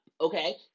okay